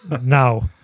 now